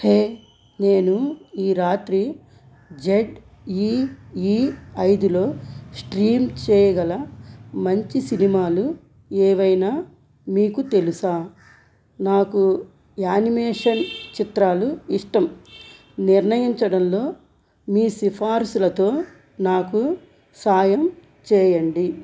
హే నేను ఈ రాత్రి జెట్ ఈఈ ఐదులో స్ట్రీమ్ చేయగల మంచి సినిమాలు ఏవైనా మీకు తెలుసా నాకు యానిమేషన్ చిత్రాలు ఇష్టం నిర్ణయించడంలో మీ సిఫార్స్సులతో నాకు సాయం చేయండి